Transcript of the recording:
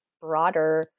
broader